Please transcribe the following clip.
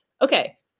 okay